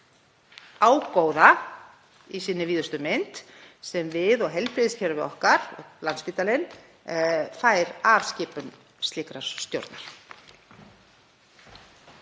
ágóða í sinni víðustu mynd sem við og heilbrigðiskerfið okkar, og Landspítalinn, fær af skipun slíkrar stjórnar.